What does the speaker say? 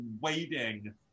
waiting